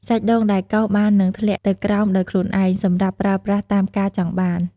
សាច់ដូងដែលកោសបាននឹងធ្លាក់ទៅក្រោមដោយខ្លួនឯង សម្រាប់ប្រើប្រាស់តាមការចង់បាន។